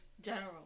general